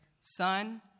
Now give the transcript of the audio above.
Son